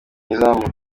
izamu